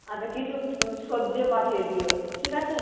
আচ্ছা কিছু সবজিও পাঠিয়ে দিও ঠিক আছে